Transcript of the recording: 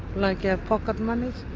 like our pocket moneys.